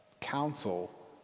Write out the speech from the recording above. council